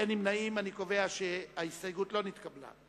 אם בפעם הבאה זה יסתדר אז לא נתחשב בהצבעתך הפעם.